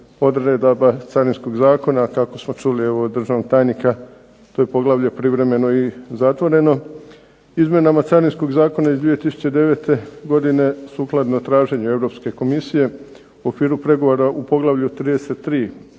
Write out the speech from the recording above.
... Carinskog zakona. Kako smo čuli od državnog tajnika to je poglavlje privremeno i zatvoreno. Izmjenama Carinskog zakona iz 2009. godine sukladno traženju Europske komisije u okviru pregovora poglavlja 33. –